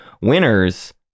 winners